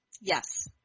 Yes